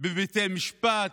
בבתי משפט.